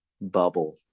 bubble